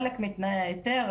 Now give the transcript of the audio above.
חלק מתנאי ההיתר,